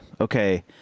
okay